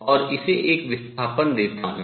और इसे एक विस्थापन देता हूँ